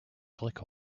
click